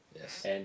Yes